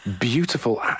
beautiful